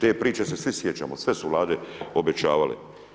Te priče se svi sjećamo, sve su Vlade obećavale.